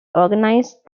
organized